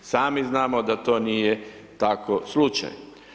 Sami znamo da to nije tako slučaj.